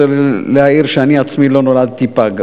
רוצה להעיר שאני עצמי לא נולדתי פג.